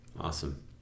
Awesome